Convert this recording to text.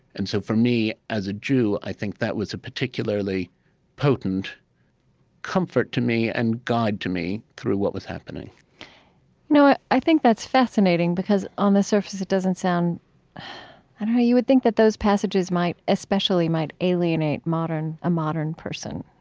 and so for me, as a jew, i think that was a particularly potent comfort to me, and guide to me, through what was happening know, i i think that's fascinating, because, on the surface, it doesn't sound i don't know. you would think that those passages, especially, might alienate a modern person